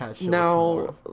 Now